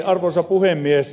arvoisa puhemies